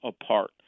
apart